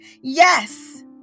yes